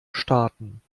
starten